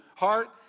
heart